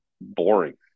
boring